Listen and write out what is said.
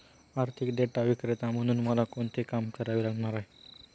आर्थिक डेटा विक्रेता म्हणून मला कोणते काम करावे लागणार आहे?